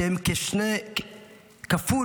שהם כפול